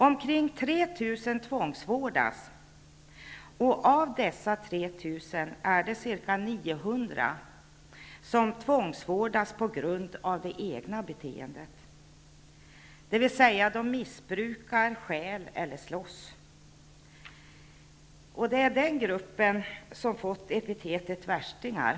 Omkring 3 000 tvångsvårdas, och av dessa är det ca 900 som tvångsvårdas på grund av det egna beteendet, dvs. de missbrukar, stjäl eller slåss. Det är den gruppen som har fått epitetet värstingar.